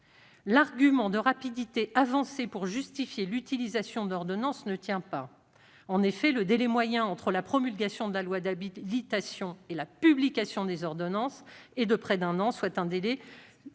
l'argument de rapidité avancé pour justifier l'utilisation d'ordonnances ne tient pas. En effet, le délai moyen entre la promulgation de la loi d'habilitation et la publication des ordonnances est de près d'un an, soit un délai